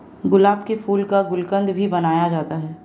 गुलाब के फूल का गुलकंद भी बनाया जाता है